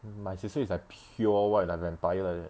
my sister is like pure white like vampire like that